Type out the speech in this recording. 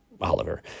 Oliver